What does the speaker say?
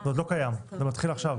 זה עוד לא קיים, זה מתחיל עכשיו.